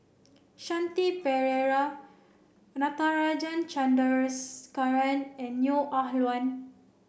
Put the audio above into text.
Shanti Pereira Natarajan Chandrasekaran and Neo Ah Luan